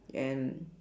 and